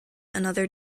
another